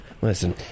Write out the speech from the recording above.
Listen